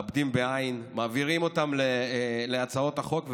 מעבירים אותן להצעות חוק,